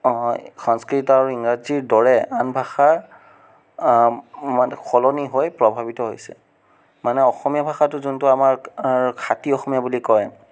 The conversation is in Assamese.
সংস্কৃত আৰু ইংৰাজীৰ দৰে আনভাষাৰ মানে সলনি হৈ প্ৰভাৱিত হৈছে মানে অসমীয়া ভাষাটো যোনটো আমাৰ খাটি অসমীয়া বুলি কয়